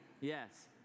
Yes